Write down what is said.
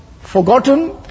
forgotten